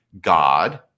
God